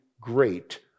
great